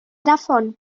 davon